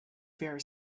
very